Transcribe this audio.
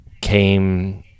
came